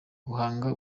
guhanga